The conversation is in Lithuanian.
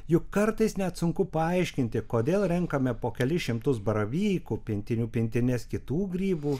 juk kartais net sunku paaiškinti kodėl renkame po kelis šimtus baravykų pintinių pintines kitų grybų